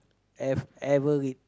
have ever read